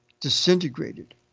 disintegrated